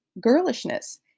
girlishness